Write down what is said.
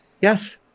Yes